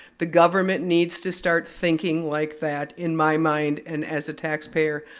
the government needs to start thinking like that, in my mind, and as a taxpayer,